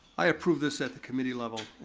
i approved this at the committee level,